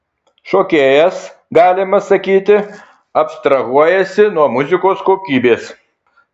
šokėjas galima sakyti abstrahuojasi nuo muzikos kokybės